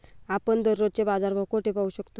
आपण दररोजचे बाजारभाव कोठे पाहू शकतो?